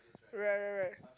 right right right